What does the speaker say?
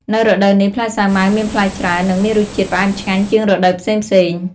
នៅរដូវនេះ ផ្លែសាវម៉ាវមានផ្លែច្រើន និងមានរសជាតិផ្អែមឆ្ងាញ់ជាងរដូវផ្សេងៗ។